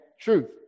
truth